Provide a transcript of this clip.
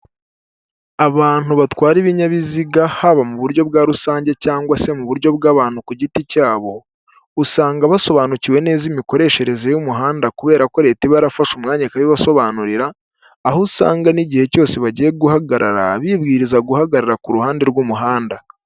Abantu batwara ibinyabiziga haba muburyo bwa rusange cyangwa se muburyo bw'abantu ku giti cya bo, usanga basobanukiwe neza imikoreshereze y'umuhanda kubera ko leta ibarafashe umwanya ikabibasobanurira aho usanga n'igihe cyose bagiye guhagarara bibwiriza guhagarara kuruhande rw'umuhanda.